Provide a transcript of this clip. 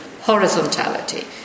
horizontality